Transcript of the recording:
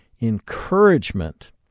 encouragement